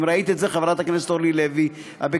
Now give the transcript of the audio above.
אם ראית את זה, חברת הכנסת אורלי לוי אבקסיס.